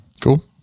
cool